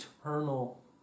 eternal